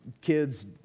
kids